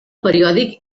periòdic